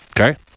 Okay